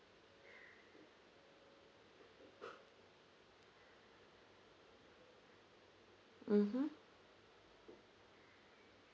mmhmm